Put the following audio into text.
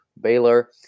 Baylor